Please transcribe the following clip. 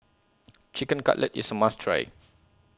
Chicken Cutlet IS A must Try